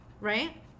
right